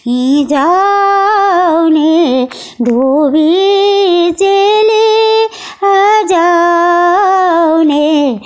हिजो आउने धोबी चेली आज आउने